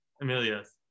Amelia's